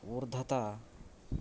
ऊर्ध्वता